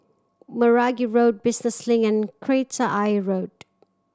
Meragi Road Business Link and Kreta Ayer Road